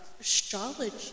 astrology